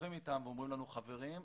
משוחחים אתם והם אומרים לנו, חברים,